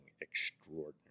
extraordinary